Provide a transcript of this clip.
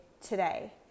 today